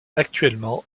actuellement